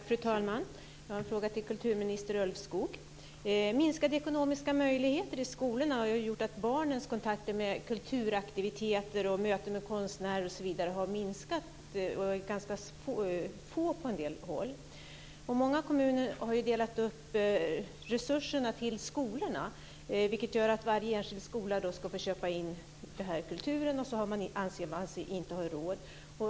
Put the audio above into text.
Fru talman! Jag har en fråga till kulturminister Minskade ekonomiska möjligheter i skolorna har gjort att barnens kontakter med kulturaktiviteter, möten med konstnärer osv. har minskat och är ganska få på en del håll. Många kommuner har delat upp resurserna till skolorna, vilket gör att varje enskild skola ska få köpa in kultur. Man anser sig då inte ha råd.